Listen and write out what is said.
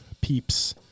peeps